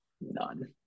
none